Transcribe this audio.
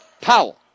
Powell